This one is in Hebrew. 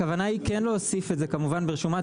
הכוונה היא כן להוסיף את זה כמובן ברשומת